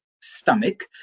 stomach